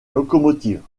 locomotive